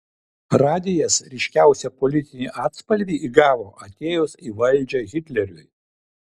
radijas ryškiausią politinį atspalvį įgavo atėjus į valdžią hitleriui